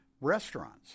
Restaurants